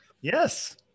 yes